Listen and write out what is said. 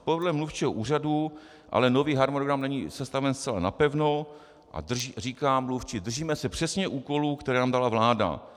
Podle mluvčího úřadu ale nový harmonogram není sestaven zcela napevno a říká mluvčí držíme se přesně úkolů, které nám dala vláda.